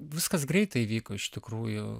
viskas greitai įvyko iš tikrųjų